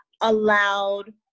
allowed